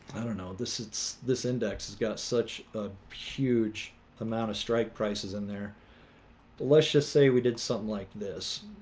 i don't know this is this index it's got such a huge amount of strike prices in there let's just say we did something like this